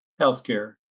healthcare